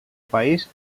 país